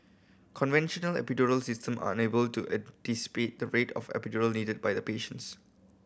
conventional epidural system are unable to anticipate the rate of epidural needed by the patients